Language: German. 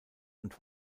und